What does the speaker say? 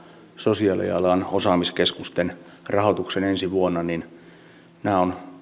sosiaalialan osaamiskeskusten rahoituksen ensi vuonna ovat